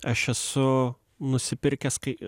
aš esu nusipirkęs kai